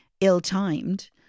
ill-timed